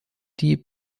die